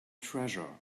treasure